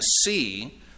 see